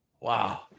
Wow